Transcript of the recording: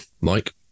Mike